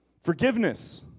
Forgiveness